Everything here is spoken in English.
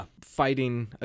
fighting